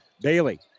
Bailey